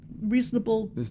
reasonable